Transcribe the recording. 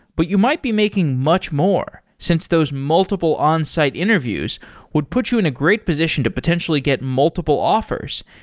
but you might be making much more since those multiple onsite interviews would put you in a great position to potentially get multiple offers,